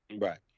Right